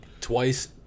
twice